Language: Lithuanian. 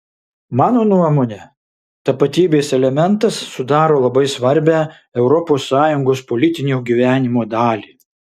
mano nuomone tapatybės elementas sudaro labai svarbią europos sąjungos politinio gyvenimo dalį